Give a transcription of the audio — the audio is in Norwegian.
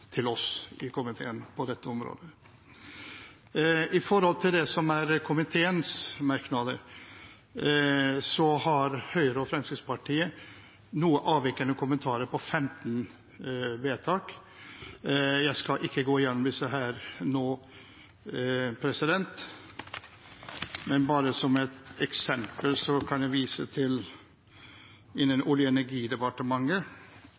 til oss i komiteen på dette området. Når det gjelder komiteens merknader, har Høyre og Fremskrittspartiet noe avvikende kommentarer på 15 vedtak. Jeg skal ikke gå gjennom disse her nå, men bare som et eksempel kan jeg vise til